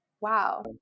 Wow